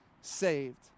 saved